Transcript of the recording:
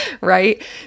right